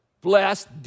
blessed